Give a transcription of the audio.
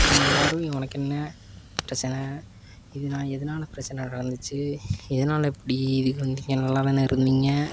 அப்புறம் எல்லோரும் உனக்கு என்ன பிரச்சனை இது நான் எதனால பிரச்சனை நடந்திச்சு எதனால இப்படி இதுக்கு வந்திங்க நல்லா தானே இருந்தீங்க